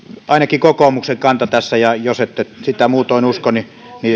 ainakin kokoomuksen kanta tässä jos ette sitä muutoin usko niin